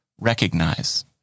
recognize